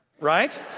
right